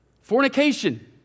Fornication